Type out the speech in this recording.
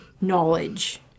knowledge